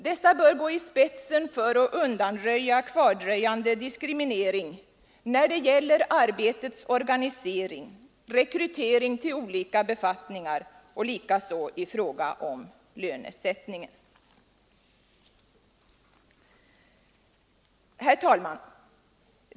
Dessa bör gå i spetsen för att undanröja kvardröjande diskriminering när det gäller arbetets organisering, rekryteringen till olika befattningar och likaså lönesättningen. Herr talman!